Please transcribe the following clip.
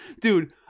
Dude